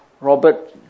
Robert